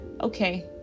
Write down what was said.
Okay